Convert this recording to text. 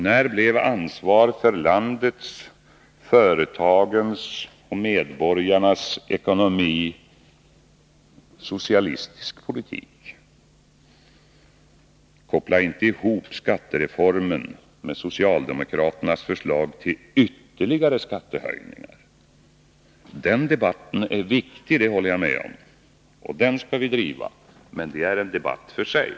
När blev ansvar för landets, företagens och medborgarnas ekonomi socialistisk politik? Koppla inte ihop skattereformen med socialdemokraternas förslag till ytterligare skattehöjningar! Den debatten är viktig — det håller jag med om, och den skall vi föra —, men det är en debatt för sig.